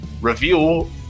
Reveal